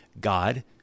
God